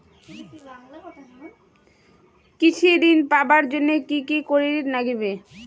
কৃষি ঋণ পাবার জন্যে কি কি করির নাগিবে?